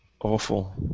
Awful